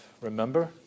Remember